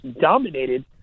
dominated